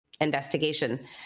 investigation